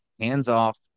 hands-off